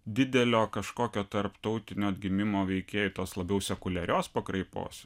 didelio kažkokio tarptautinio atgimimo veikėjų tos labiau sekuliarios pakraipos